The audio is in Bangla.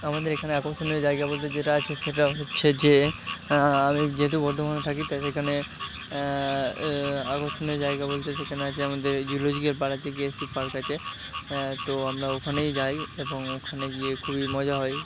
আমাদের এখানে আকর্ষণীয় জায়গা বলতে যেটা আছে সেটা হচ্ছে যে আমি যেহেতু বর্ধমানে থাকি তাই সেখানে আকর্ষণীয় জায়গা বলতে সেখানে আছে আমাদের জুলজিক্যাল পার্ক আছে পার্ক আছে তো আমরা ওখানেই যাই এবং ওখানে গিয়ে খুবই মজা হয়